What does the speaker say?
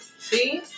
See